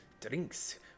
Drinks